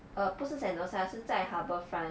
err 不是 sentosa 是在 harbourfront